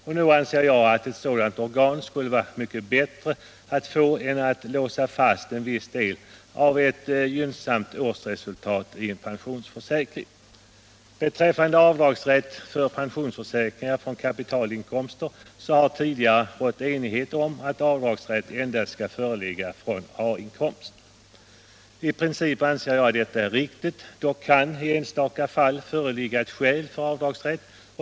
Jag anser att ett sådant utjämningssystem skulle vara mycket bättre än att låsa fast en viss del av ett gynnsamt årsresultat i en pensionsförsäkring. Beträffande avdragsrätt för pensionsförsäkringar från kapitalinkomster har tidigare rått enighet om att avdragsrätt endast skall föreligga vid A-inkomst. I princip anser jag att detta är riktigt. Dock kan i enstaka fall föreligga skäl för avdragsrätt.